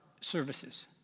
services